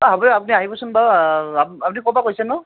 এ হ'ব দিয়ক আপুনি আহিবচোন বাৰু আপুনি ক'ৰপৰা কৈছেনো